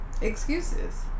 excuses